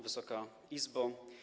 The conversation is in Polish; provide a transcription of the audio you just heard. Wysoka Izbo!